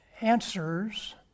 answers